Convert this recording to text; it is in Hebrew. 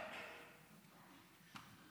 חמש